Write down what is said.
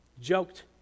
joked